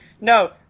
No